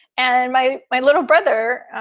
and my my little brother.